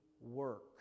work